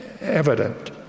evident